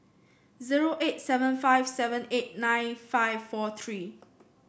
zero eight seven five seven eight nine five four three